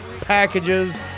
packages